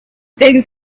things